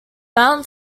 mount